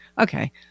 okay